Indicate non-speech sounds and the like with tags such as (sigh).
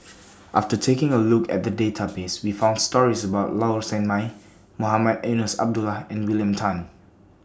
(noise) after taking A Look At The Database We found stories about Low Sanmay Mohamed Eunos Abdullah and William Tan